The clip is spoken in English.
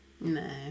No